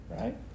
right